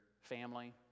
family